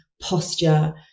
posture